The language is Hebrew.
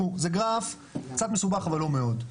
זה גרף קצת מסובך אבל לא מאוד.